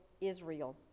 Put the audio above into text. Israel